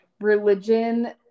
religion